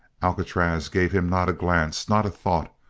alcatraz gave him not a glance, not a thought.